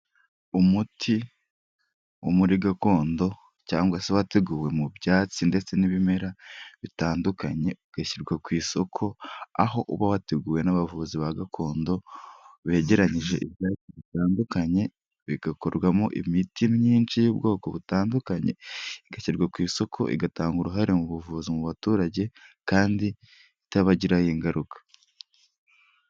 Umuti wo muri gakondo cyangwa se wateguwe mu byatsi ndetse n'ibimera bitandukanye, ugashyirwa ku isoko aho uba wateguwe n'abavuzi ba gakondo begeranyije ibi bitandukanye, bigakorwamo imiti myinshi y'ubwoko butandukanye, igashyirwa ku isoko igatanga uruhare mu buvuzi mu baturage, kandi itabagiraho ingaruka.